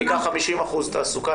ניקח 50 אחוזים תעסוקה,